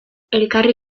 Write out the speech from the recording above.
elkarri